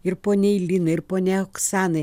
ir poniai linai ir poniai oksanai